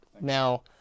Now